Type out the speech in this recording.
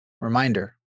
Reminder